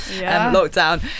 lockdown